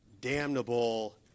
damnable